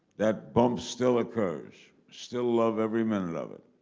that bumps still occurs. still love every minute of it.